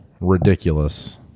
ridiculous